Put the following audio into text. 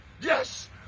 Yes